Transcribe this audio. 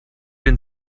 den